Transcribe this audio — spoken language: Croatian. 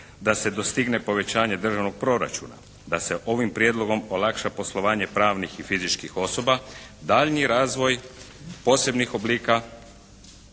da se dostigne povećanje državnog proračuna, da se ovim prijedlogom olakša poslovanje pravnih i fizičkih osoba, daljnji razvoj posebnih oblika